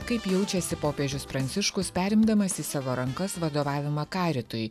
kaip jaučiasi popiežius pranciškus perimdamas į savo rankas vadovavimą karitui